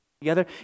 together